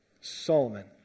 Solomon